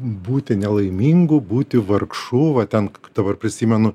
būti nelaimingu būti vargšu va ten dabar prisimenu